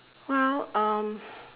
well um